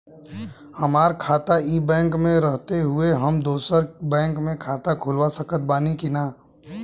हमार खाता ई बैंक मे रहते हुये हम दोसर बैंक मे खाता खुलवा सकत बानी की ना?